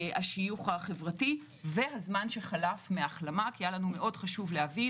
השיוך החברתי והזמן שחלף מההחלמה כי היה לנו מאוד חשוב להבין